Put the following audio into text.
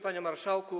Panie Marszałku!